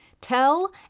Tell